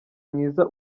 mwiza